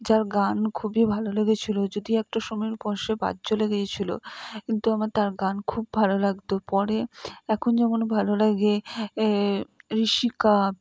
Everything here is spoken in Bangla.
যার গান খুবই ভালো লেগেছিলো যদিও একটা সময় পর সে বাদ চলে গিয়েছিলো কিন্তু আমার তার গান খুব ভালো লাগতো পরে এখন যেমন ভালো লাগে এ ঋশিকা